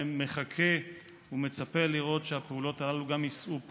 מחכה ומצפה לראות שהפעולות הללו גם יישאו פרי.